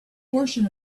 portion